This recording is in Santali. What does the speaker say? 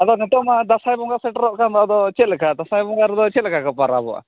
ᱟᱫᱚ ᱱᱤᱛᱚᱜ ᱢᱟ ᱫᱟᱸᱥᱟᱭ ᱵᱚᱸᱜᱟ ᱥᱮᱴᱮᱨᱚᱜ ᱠᱟᱱᱫᱚ ᱟᱫᱚ ᱪᱮᱫᱞᱮᱠᱟ ᱫᱟᱥᱟᱸᱭ ᱵᱚᱸᱜᱟ ᱨᱮᱫᱚ ᱪᱮᱫ ᱞᱮᱠᱟᱠᱚ ᱯᱟᱨᱟᱵᱚᱜᱼᱟ